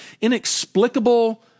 inexplicable